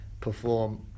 perform